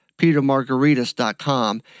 petermargaritas.com